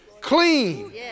clean